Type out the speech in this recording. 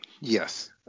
Yes